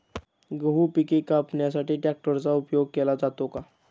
गहू पिके कापण्यासाठी ट्रॅक्टरचा उपयोग केला जातो का?